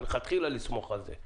לכתחילה לסמוך על זה.